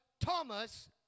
Thomas